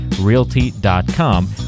realty.com